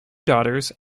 daughters